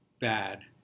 bad